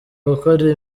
gukora